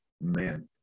Man